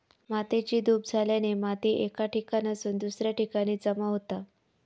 मातेची धूप झाल्याने माती एका ठिकाणासून दुसऱ्या ठिकाणी जमा होता